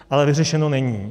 Ale vyřešeno není.